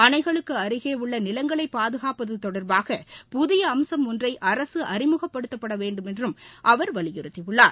அணைகளுக்கு அருகே உள்ள நிலங்களை பாதுகாப்பது தொடர்பாக புதிய அம்சம் ஒன்றை அரசு அறிமுகப்படுத்த வேண்டுமென்றும் அவர் வலியுறுத்தியுள்ளார்